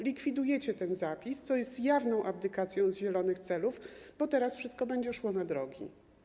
Likwidujecie ten zapis, co jest jawną abdykacją zielonych celów, bo teraz wszystko będzie szło na drogi.